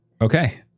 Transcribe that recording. Okay